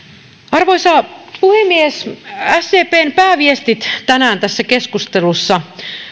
arvoisa puhemies sdpn pääviestit tänään tässä keskustelussa